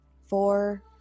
four